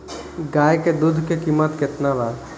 गाय के दूध के कीमत केतना बा?